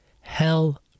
Hell